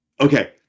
Okay